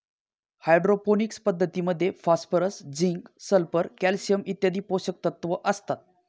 hydroponics पद्धतीमध्ये phosphorus, zinc, sulphur, calcium इत्यादी पोषकतत्व असतात